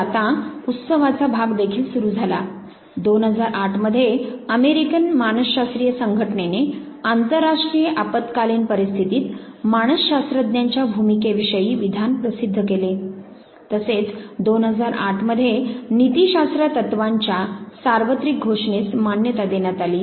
तर आता उत्सवाचा भाग देखील सुरू झाला 2008 मध्ये अमेरिकन मानस शास्त्रीय संघटनेने आंतरराष्ट्रीय आपत्कालीन परिस्थितीत मानसशास्त्रज्ञांच्या भूमिके विषयी विधान प्रसिद्ध केले तसेच 2008 मध्ये नीतीशास्त्र तत्त्वांच्या सार्वत्रिक घोषणेस मान्यता देण्यात आली